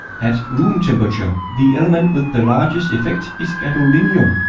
at room temperature the element with the largest effect is gadolinium.